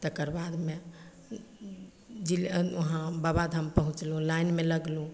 तकर बादमे जिले वहाँ बाबाधाम पहुँचलहुँ लाइनमे लगलहुँ